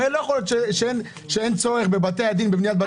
הרי לא יכול להיות שאין צורך בבתי הדין בבנייה.